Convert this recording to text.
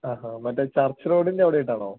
ആഹാ മറ്റേ ചർച്ച് റോഡിൻ്റെ അവിടെയായിട്ടാണോ